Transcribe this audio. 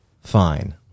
fine